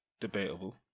debatable